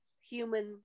human